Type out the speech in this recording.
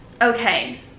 okay